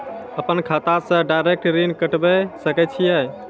अपन खाता से डायरेक्ट ऋण कटबे सके छियै?